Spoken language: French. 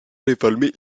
réformées